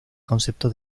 concepto